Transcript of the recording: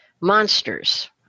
monsters